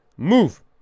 Move